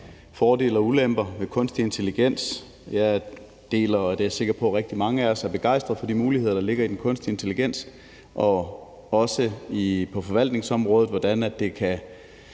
fordele og ulemper ved kunstig intelligens. Jeg deler – og det er jeg sikker på at rigtig mange af os gør – begejstringen for de muligheder, der ligger i kunstig intelligens, også i forhold til hvordan det på